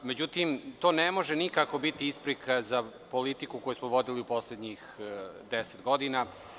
Međutim, to ne može nikako biti isprika za politiku koju smo vodili u poslednjih deset godina.